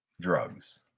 drugs